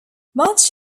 much